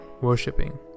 worshipping